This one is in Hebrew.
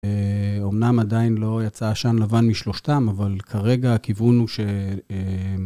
אומנם עדיין לא יצא עשן לבן משלושתם, אבל כרגע הכיוון הוא ש...